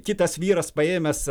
kitas vyras paėmęs